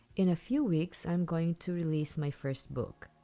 in a few weeks, i'm going to release my first book.